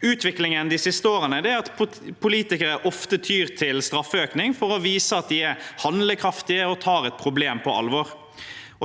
Utviklingen de siste årene er at politikere ofte tyr til straffeøkning for å vise at de er handlekraftige og tar et problem på alvor.